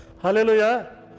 Hallelujah